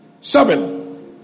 Seven